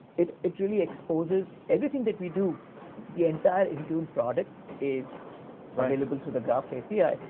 it it really exposes everything that we do the entire intune product is available through the graph api.